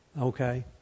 Okay